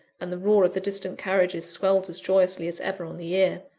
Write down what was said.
and the roar of the distant carriages swelled as joyously as ever on the ear.